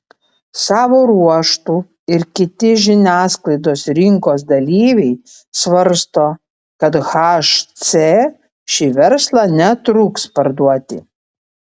savo ruožtu ir kiti žiniasklaidos rinkos dalyviai svarsto kad hc šį verslą netruks parduoti